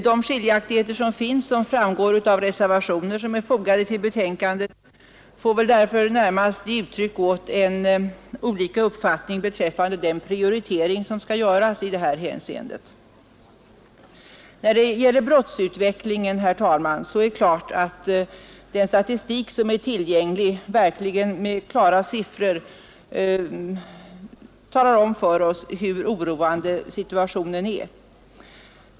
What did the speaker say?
De meningskiljaktigheter som förelegat i utskottet och som framgår av de reservationer som är fogade till utskottets betänkande får därför närmast betraktas som uttryck för olika uppfattningar rörande den prioritering som skall göras i detta hänseende. När det gäller brottsutvecklingen talar den tillgängliga statistiken om för oss i klara siffror hur oroande situationen är.